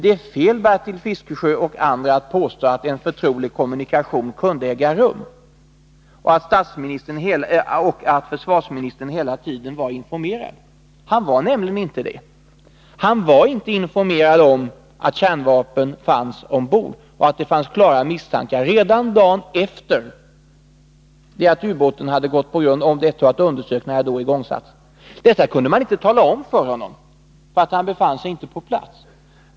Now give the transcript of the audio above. Det är fel av Bertil Fiskesjö och andra att påstå att en förtrolig kommunikation kunde äga rum och att försvarsministern hela tiden var informerad. Det var han nämligen inte. Han var inte informerad om att kärnvapen fanns ombord, att det fanns klara misstankar därom redan dagen efter det att ubåten gått på grund samt att undersökningar hade igångsatts. Detta kunde man inte tala om för honom, eftersom han inte befann sig på platsen.